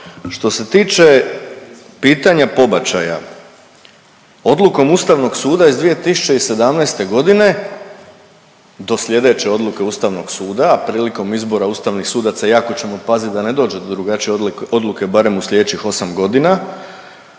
što se tiče pitanja pobačaja, odlukom Ustavnog suda iz 2017.g. do slijedeće odluke Ustavnog suda, a prilikom izbora ustavnih sudaca jako ćemo pazit da ne dođe do drugačije odluke barem u slijedećih 8.g. to,